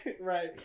Right